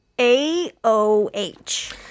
A-O-H